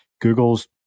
Google's